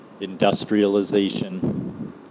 industrialization